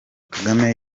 kagame